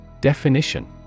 Definition